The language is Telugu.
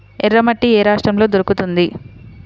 ఎర్రమట్టి ఏ రాష్ట్రంలో దొరుకుతుంది?